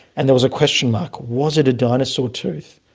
and there was a question mark was it a dinosaur tooth,